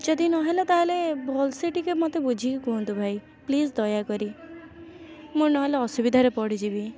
ଯଦି ନହେଲା ତାହାଲେ ଭଲସେ ଟିକିଏ ମୋତେ ବୁଝିକି କୁହନ୍ତୁ ଭାଇ ପ୍ଲିଜ୍ ଦୟାକରି ମୁଁ ନହେଲେ ଅସୁବିଧାରେ ପଡ଼ିଯିବି